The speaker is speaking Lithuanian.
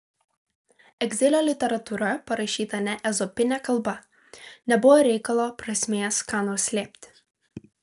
egzilio literatūra parašyta ne ezopine kalba nebuvo reikalo prasmės ką nors slėpti